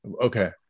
Okay